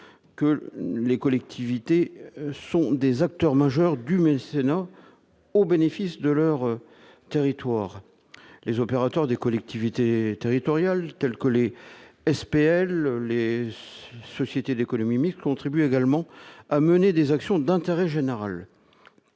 que les collectivités sont des acteurs majeurs du mécénat au bénéfice de leur territoire, les opérateurs des collectivités territoriales, telles que les SPL Les sociétés d'économie mixte contribue également à mener des actions d'intérêt général